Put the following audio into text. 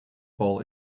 ball